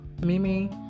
Mimi